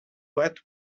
flat